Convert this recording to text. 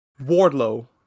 Wardlow